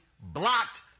blocked